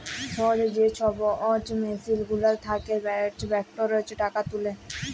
সহজে যে ছব মেসিল গুলার থ্যাকে ব্যাংকটর টাকা তুলে